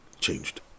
changed